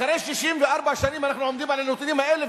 אחרי 64 שנים אנחנו עומדים על הנתונים האלה,